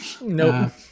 Nope